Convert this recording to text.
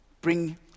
bring